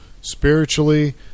spiritually